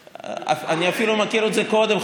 אני אפילו מכיר את זה קודם,